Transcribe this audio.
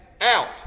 out